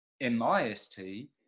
M-I-S-T